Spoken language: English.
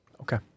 Okay